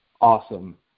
awesome